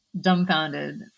dumbfounded